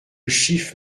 chiffre